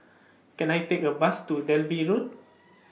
Can I Take A Bus to Dalvey Road